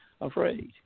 Afraid